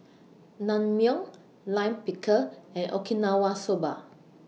Naengmyeon Lime Pickle and Okinawa Soba